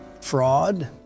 Fraud